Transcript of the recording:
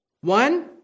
One